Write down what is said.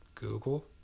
google